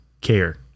care